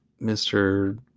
Mr